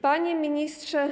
Panie Ministrze!